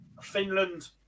Finland